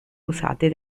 usate